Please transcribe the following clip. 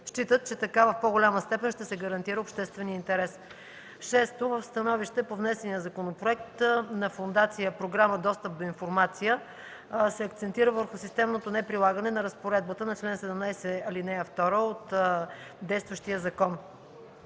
Считат, че така в по-голяма степен ще се гарантира общественият интерес. 6. В становище по внесения законопроект на Фондация Програма Достъп до информация (ПДИ) се акцентира върху системното неприлагане на разпоредбата на чл. 17, ал. 2 от действащия закон.